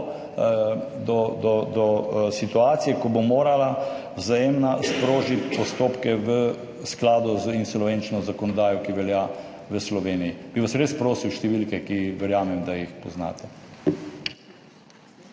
do situacije, ko bo morala Vzajemna sprožiti postopke v skladu z insolvenčno zakonodajo, ki velja v Sloveniji. Bi vas res prosil številke, ki verjamem, da jih poznate.